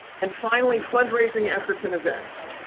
and finally fundraising efforts and events.